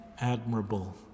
admirable